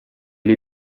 gli